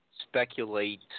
speculate